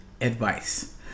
advice